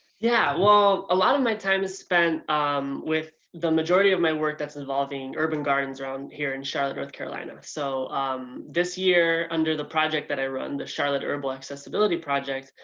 yeah well a lot of my time is spent um with the majority of my work that's involving urban gardens around here in charlotte, north carolina. so this year under the project that i run, the charlotte herbal accessibility project,